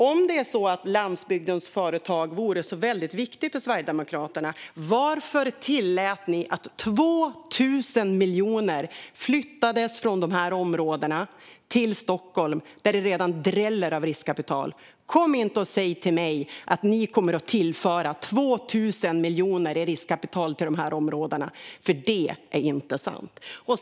Om landsbygdens företag är så viktiga för Sverigedemokraterna, varför tillät ni att 2 000 miljoner flyttades från dessa områden till Stockholm, där det redan dräller av riskkapital? Kom inte och säg till mig att ni kommer att tillföra 2 000 miljoner i riskkapital till dessa områden, för det är inte sant.